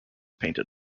painted